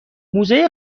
موزه